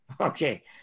Okay